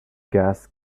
gas